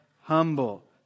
humble